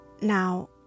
Now